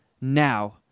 now